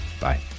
Bye